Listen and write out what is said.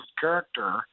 character